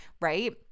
right